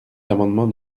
l’amendement